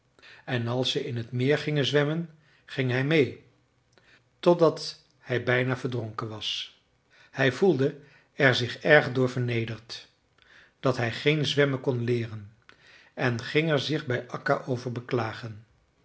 en als ze in t meer gingen zwemmen ging hij mee totdat hij bijna verdronken was hij voelde er zich erg door vernederd dat hij geen zwemmen kon leeren en ging er zich bij akka over beklagen